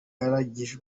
yarangije